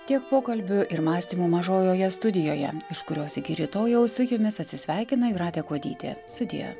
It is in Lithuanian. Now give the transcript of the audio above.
tiek pokalbių ir mąstymų mažojoje studijoje iš kurios iki rytojaus su jumis atsisveikina jūratė kuodytė sudie